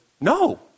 no